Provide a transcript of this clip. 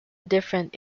different